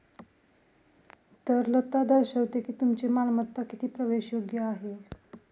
तरलता दर्शवते की तुमची मालमत्ता किती प्रवेशयोग्य आहे